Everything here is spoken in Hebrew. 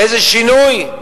איזה שינוי?